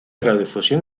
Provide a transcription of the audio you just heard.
radiodifusión